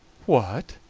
what!